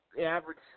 average